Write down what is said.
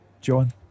John